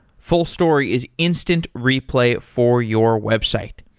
fullstory is instant replay for your website.